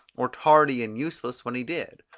or tardy and useless when he did.